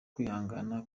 kwihangana